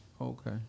Okay